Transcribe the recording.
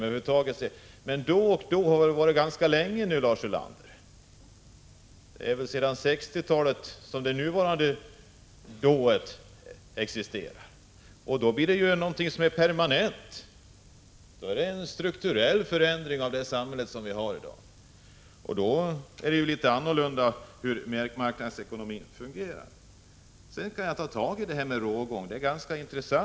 Men det senaste ”då och då” har varat ganska länge nu. Det har existerat sedan 1960-talet, och då är det något permanent. Då är det en strukturell förändring av samhället, och det innebär att marknadsekonomin fungerar helt annorlunda. Jag vill sedan ta upp det Lars Ulander sade om rågång.